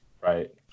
right